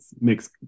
makes